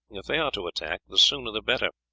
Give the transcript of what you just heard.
if they are to attack, the sooner the better.